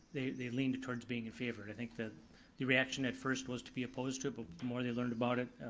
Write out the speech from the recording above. they they leaned towards being in favor. i think the the reaction at first was to be opposed to it, but more they learned about it,